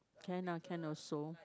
can lah can also